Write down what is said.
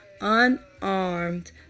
unarmed